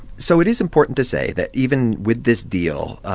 so it is important to say that even with this deal,